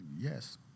Yes